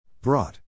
Brought